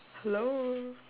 hello